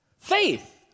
Faith